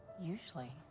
Usually